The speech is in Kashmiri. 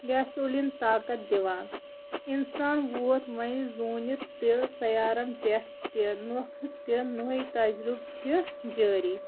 گیسولیٖن طاقت دِوان اِنسان ووٚت ووٚن زوٗنہِ تہِ سَیارن پٮ۪ٹھ نوکھٕ تہِ نٔے تَجرُبہٕ چھِ جٲری